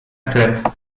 chleb